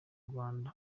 rwanda